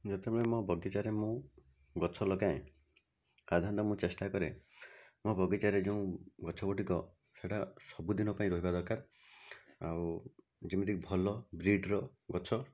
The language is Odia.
ଯେତେବେଳେ ମୋ ବଗିଚାରେ ମୁଁ ଗଛ ଲଗାଏ ସାଧାରଣତଃ ମୁଁ ଚେଷ୍ଟା କରେ ମୋ ବଗିଚାରେ ଯେଉଁ ଗଛ ଗୁଡ଼ିକ ସେଇଟା ସବୁଦିନ ପାଇଁ ରହିବା ଦରକାର ଆଉ ଯେମିତି ଭଲ ବ୍ରିଡ଼୍ର ଗଛ